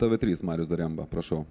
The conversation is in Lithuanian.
tv trys marius zaremba prašau